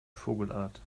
vogelart